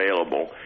available